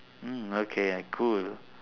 mm okay cool